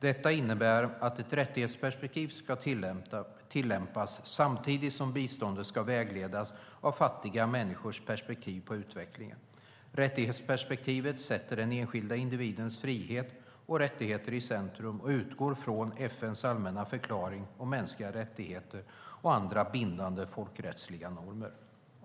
Detta innebär att ett rättighetsperspektiv ska tillämpas samtidigt som biståndet ska vägledas av fattiga människors perspektiv på utvecklingen. Rättighetsperspektivet sätter den enskilda individens frihet och rättigheter i centrum och utgår från FN:s allmänna förklaring om mänskliga rättigheter och andra bindande folkrättsliga normer.